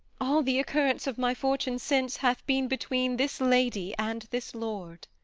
all the occurrence of my fortune since hath been between this lady and this lord.